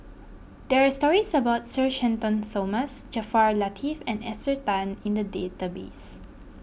there are stories about Sir Shenton Thomas Jaafar Latiff and Esther Tan in the database